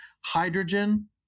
Hydrogen